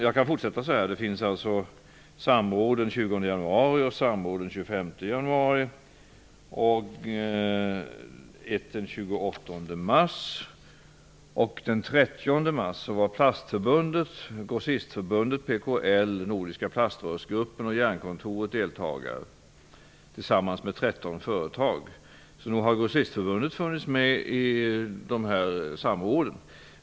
Jag kan fortsätta så här: Det var samråd den 20 januari, den 25 januari, den 28 mars och den Grossistförbundet, PKL och Jernkontoret tillsammans med 13 företag. Så nog har Grossistförbundet funnits med i samråden.